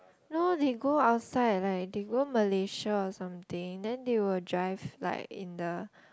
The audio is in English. no they go outside like they go Malaysia or something then they will drive like in the